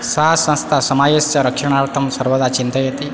सा संस्था समाजस्य रक्षणार्थं सर्वदा चिन्तयति